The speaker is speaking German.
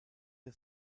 der